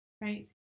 right